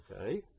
okay